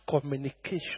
communication